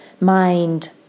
mind